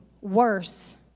worse